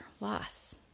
loss